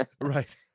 Right